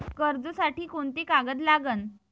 कर्जसाठी कोंते कागद लागन?